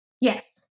Yes